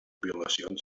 violacions